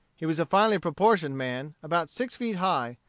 he was a finely proportioned man, about six feet high,